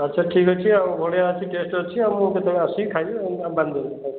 ଆଚ୍ଛା ଠିକ୍ ଅଛି ଆଉ ବଢ଼ିଆ ଅଛି ଟେଷ୍ଟ ଅଛି ଆଉ ମୁଁ କେତେବେଳେ ଆସିବି ଖାଇବି ବାନ୍ଧି ଦିଅନ୍ତୁ